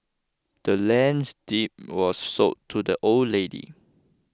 the land's deed was sold to the old lady